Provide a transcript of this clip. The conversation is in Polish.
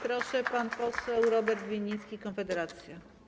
Proszę, pan poseł Robert Winnicki, Konfederacja.